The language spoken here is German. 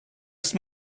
ist